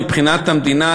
מבחינת המדינה,